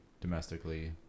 domestically